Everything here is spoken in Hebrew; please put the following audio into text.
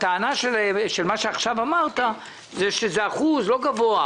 הטענה שלך היא שזה אחוז לא גבוה,